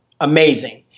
amazing